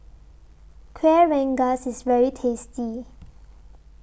Kueh Rengas IS very tasty